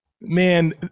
Man